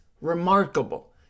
remarkable